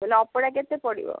ବୋଲେ ଅପଡ଼ା କେତେ ପଡ଼ିବ